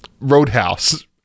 roadhouse